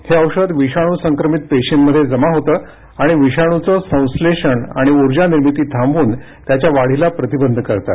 हे औषध विषाणू संक्रमित पेशींमध्ये जमा होतं आणि विषाणूचं संश्लेषण आणि उर्जा निर्मिती थांबवून त्याच्या वाढीला प्रतिबंध करतं